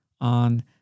on